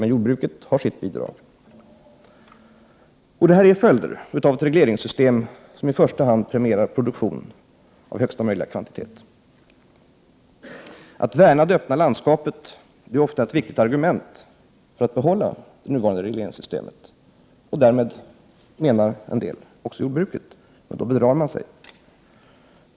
Men jordbruket har också bidragit. Detta är följder av ett regleringssystem som i första hand premierar produktion av största möjliga kvantitet. Att värna det öppna landskapet är ofta ett viktigt argument för att behålla det nuvarande regleringssystemet — och därmed, menar somliga, också jordbruket. Men då bedrar man sig.